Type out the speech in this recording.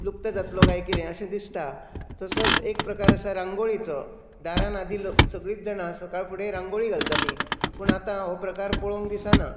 लुप्त जातलो काय कितें अशें दिसता तसोच एक प्रकार आसा रांगोळेचो दारान आदी सगळींच जाणां सकाळीं फुडें रांगोळी घालतालीं पूण आतां हो प्रकार दिसना